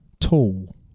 Tall